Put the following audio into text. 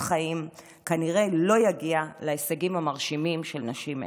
חיים כנראה לא יגיע להישגים המרשימים של נשים אלו.